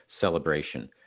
celebration